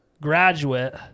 graduate